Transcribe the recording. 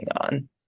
on